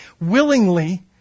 willingly